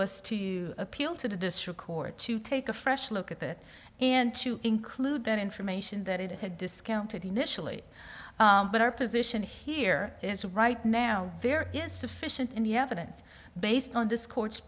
was to appeal to the district court to take a fresh look at it and to include that information that it had discounted initially but our position here is right now there is sufficient in the evidence based on this cour